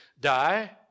die